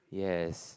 yes